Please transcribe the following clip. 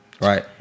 right